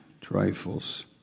Trifles